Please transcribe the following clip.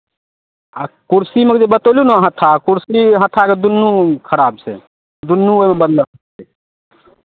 आ कुर्सीमे जे बतेलहुँ ने हत्था कुर्सी हत्थाके दुनू खराब छै दुनू ओहिमे बदलय पड़तै